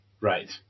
Right